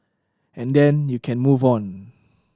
and then you can move on